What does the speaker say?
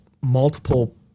multiple